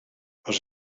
els